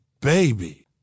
baby